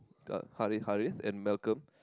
uh Harrith Harrith and Malcolm